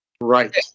Right